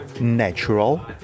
natural